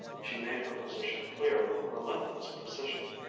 she made her position clear with relentless precision,